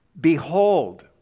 Behold